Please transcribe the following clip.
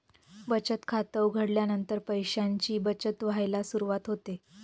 बचत खात उघडल्यानंतर पैशांची बचत व्हायला सुरवात होते